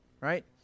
right